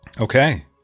Okay